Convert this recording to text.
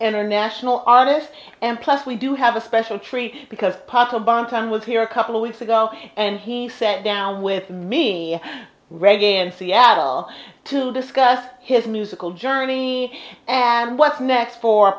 international artists and plus we do have a special treat because papa bernstein was here a couple of weeks ago and he sat down with me reggae in seattle to discuss his musical journey and what's next for